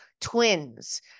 twins